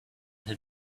had